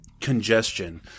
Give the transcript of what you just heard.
congestion